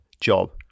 job